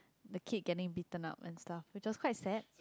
the kid getting beaten upend stuff which was quite sad